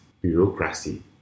bureaucracy